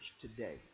today